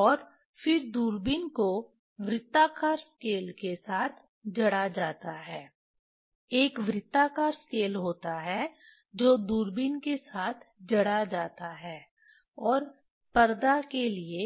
और फिर दूरबीन को वृत्ताकार स्केल के साथ जड़ा जाता है एक वृत्ताकार स्केल होता है जो दूरबीन के साथ जड़ा जाता है और पर्दा के लिए